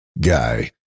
guy